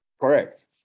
Correct